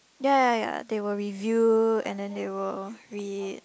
ya ya ya they will review and then they will read